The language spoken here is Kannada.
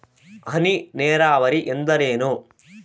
ಹನಿ ನೇರಾವರಿ ಎಂದರೇನು?